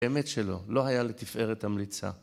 באמת שלא, לא היה לתפארת המליצה